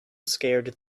scared